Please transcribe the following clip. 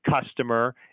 customer